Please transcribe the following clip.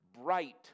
bright